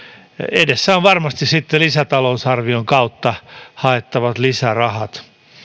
edessä ovat varmasti sitten lisätalousarvion kautta haettavat lisärahat